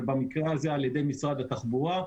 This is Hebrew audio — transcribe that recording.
ובמקרה הזה על ידי משרד התחבורה.